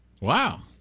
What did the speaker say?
Wow